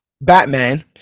Batman